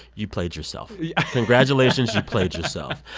you played yourself yeah congratulations. you've played yourself.